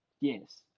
Yes